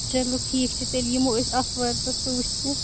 چلو ٹھیٖک چھُ تیٚلہِ یِمو أسۍ آتھوارِ دۄہ سُہ وٕچھنہِ